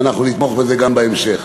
ואנחנו נתמוך בזה גם בהמשך.